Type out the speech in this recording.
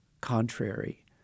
contrary